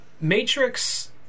Matrix